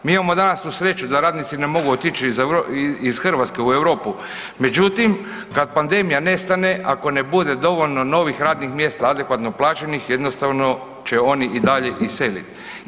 Mi imamo danas tu sreću da radnici ne mogu otići iz Hrvatske u Europu, međutim kad pandemija nestane, ako ne bude dovoljno novih radnih mjesta adekvatno plaćenih, jednostavno će oni i dalje iseliti.